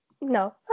no